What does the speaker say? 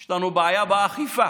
יש לנו בעיה באכיפה,